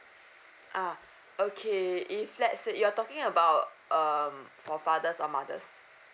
ah okay if let's say you're talking about um for fathers or mothers